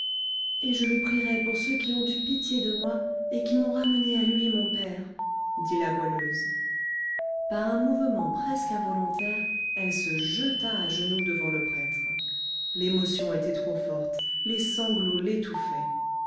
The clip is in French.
et je le prierai pour ceux qui ont eu pitié de moi et qui m'ont ramenée à lui mon père dit la goualeuse par un mouvement presque involontaire elle se jeta à genoux devant le prêtre l'émotion était trop forte les sanglots